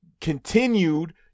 continued